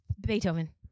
Beethoven